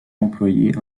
employer